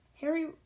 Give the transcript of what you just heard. Harry